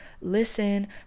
listen